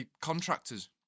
contractors